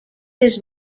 his